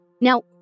Now